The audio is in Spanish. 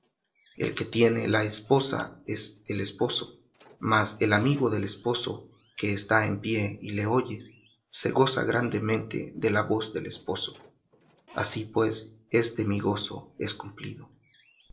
el que tiene la esposa es el esposo mas el amigo del esposo que está en pie y le oye se goza grandemente de la voz del esposo así pues este mi gozo es cumplido